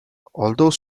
although